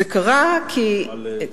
זה קרה כי, נא לסיים.